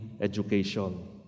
education